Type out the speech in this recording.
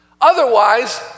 Otherwise